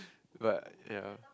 but ya